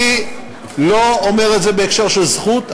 אני לא אומר את זה בהקשר של זכות,